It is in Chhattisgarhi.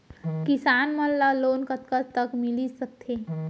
किसान मन ला लोन कतका तक मिलिस सकथे?